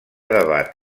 debat